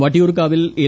വട്ടിയൂർക്കാവിൽ എൽ